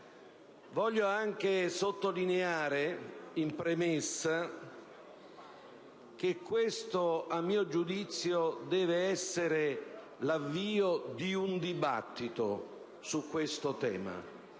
Voglio anche sottolineare in premessa che questo, a mio giudizio, deve essere l'avvio di un dibattito su questo tema.